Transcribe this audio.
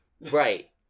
Right